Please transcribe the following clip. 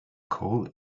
call